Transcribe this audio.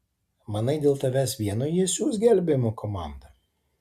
manai dėl tavęs vieno jie siųs gelbėjimo komandą